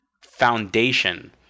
foundation